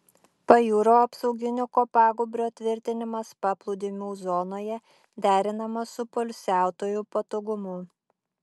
pajūrio apsauginio kopagūbrio tvirtinimas paplūdimių zonoje derinamas su poilsiautojų patogumu